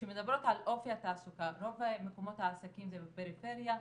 כשאנחנו מדברות על אופי התעסוקה רוב מקומות העסקים זה בפריפריה.